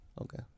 Okay